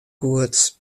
goed